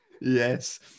Yes